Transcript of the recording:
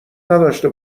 نداشته